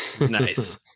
Nice